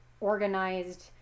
organized